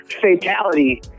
fatality